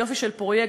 יופי של פרויקט,